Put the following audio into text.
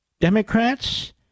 Democrats